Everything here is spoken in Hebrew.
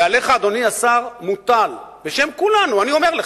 ועליך, אדוני השר, מוטל בשם כולנו, אני אומר לך,